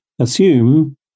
assume